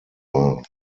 waren